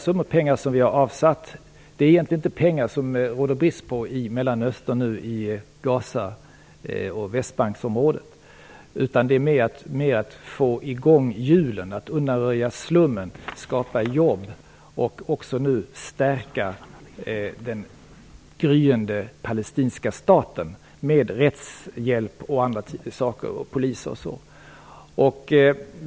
Det råder egentligen inte brist på pengar i Mellanöstern nu i Gaza och Västbanksområdet. Det handlar mer om att få hjulen att börja snurra, undanröja slummen, skapa jobb och också nu stärka den gryende palestinska staten med rättshjälp, poliser m.m.